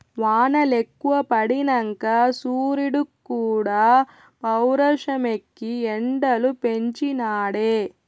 వానలెక్కువ పడినంక సూరీడుక్కూడా పౌరుషమెక్కి ఎండలు పెంచి నాడే